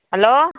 hello